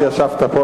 כשישבת פה,